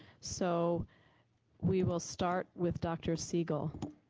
so we will start with dr. siegel.